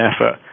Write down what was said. effort